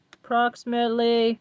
approximately